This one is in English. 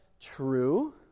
true